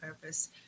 Purpose